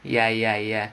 ya ya ya